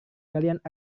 kalian